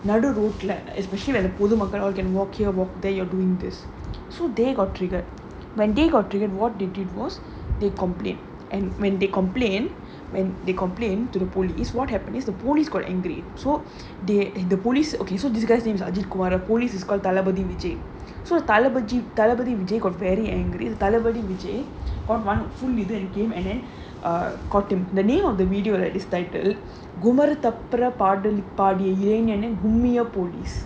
நடு:nadu road leh especially where the பொது மக்கள்:pothu makkal walk here walk there you're doing this so they got triggered when they got triggered what they did was they complain and when they complain when they complained to the police what happen is the police got angry so they in the police okay so this guy name is ajith kumar the police is call Thalapathy vijay so Thalapathy vijay got very angry Thalapathy vijay got one full இது:ithu and came and then caught him err the name of the video that is titled gummaru tapparu பாடல் பாடிய இளைஞனை கும்மிய:paadal paadiya ilaignanai kummiya police